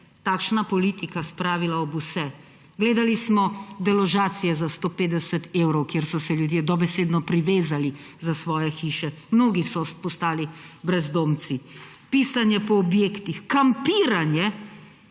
takšna politika spravila ob vse? Gledali smo deložacije za 150 evrov, kjer so se ljudje dobesedno privezali za svoje hiše. Mnogi so postali brezdomci. Pisanje po objektih, kampiranje